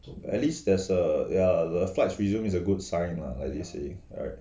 at least there's a yeah the flights resume is a good sign lah like you saying right